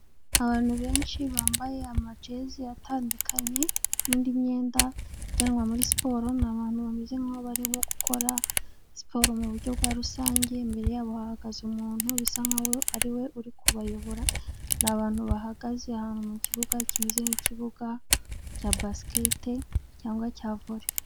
Abantu benshi bambaye amajezi atandukanye n'indi myenda ijyanwa muri siporo, ni abantu bameze nkaho barimo gukora siporo mu buryo bwa rusange, imbere yabo hahagaze umuntu bisa nkaho ariwe uri kubayobora, ni abantu bahagaze ahantu mu kibuga kimeze nk'ikibuga cya basketl cyangwa cya volley.